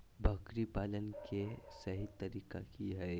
बकरी पालन के सही तरीका की हय?